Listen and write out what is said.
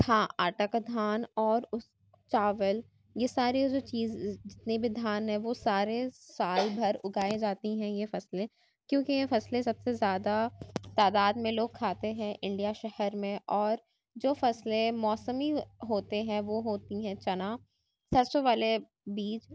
تھا آٹا کا تھان اور اس چاول یہ ساری جو چیز جتنے بھی دھان ہیں وہ سارے سال بھر اگائے جاتی ہیں یہ فصلیں کیوں کہ یہ فصلیں سب سے زیادہ تعداد میں لوگ کھاتے ہیں انڈیا شہر میں اور جو فصلیں موسمی ہوتے ہیں وہ ہوتی ہیں چنا سرسوں والے بیج